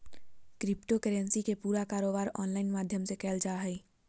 crypto currency के पूरा कारोबार ऑनलाइन माध्यम से क़इल जा हइ